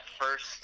first